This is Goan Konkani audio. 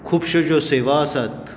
खुबशो ज्यो सेवा आसात